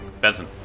Benson